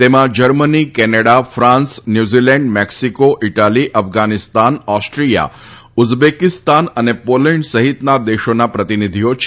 તેમાં Germany Canada France New Zealand Mexico Italy Afghanistan Austria Uzbekistan અને Poland સહિતના દેશોના પ્રતિનિધિઓ છે